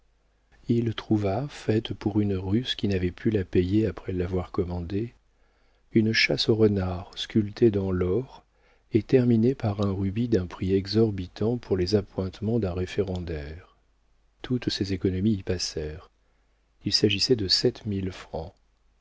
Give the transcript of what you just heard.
il trouva faite pour une russe qui n'avait pu la payer après l'avoir commandée une chasse au renard sculptée dans l'or et terminée par un rubis d'un prix exorbitant pour les appointements d'un référendaire toutes ses économies y passèrent il s'agissait de